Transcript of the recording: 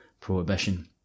Prohibition